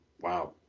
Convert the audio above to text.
Wow